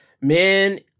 men